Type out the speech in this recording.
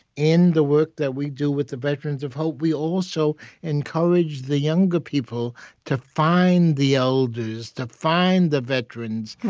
in the work that we do with the veterans of hope, we also encourage the younger people to find the elders, to find the veterans,